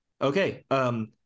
Okay